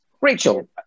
Rachel